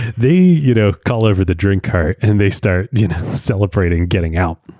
they you know call over the drink cart and they start you know celebrating getting out.